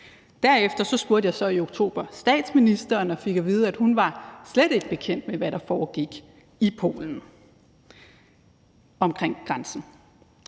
Derefter spurgte jeg så i oktober statsministeren og fik at vide, at hun slet ikke var bekendt med, hvad der foregik i Polen omkring grænsen.